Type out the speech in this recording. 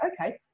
okay